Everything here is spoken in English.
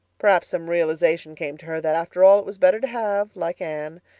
perhaps some realization came to her that after all it was better to have, like anne,